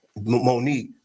Monique